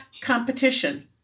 competition